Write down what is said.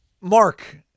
Mark